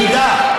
יהודה,